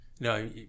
No